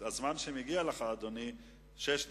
הזמן שמגיע לך, אדוני, הוא שש דקות.